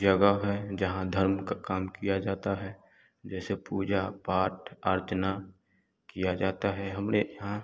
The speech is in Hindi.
जगह है जहाँ धर्म का काम किया जाता है जैसे पूजा पाठ अर्चना किया जाता है हमारे यहाँ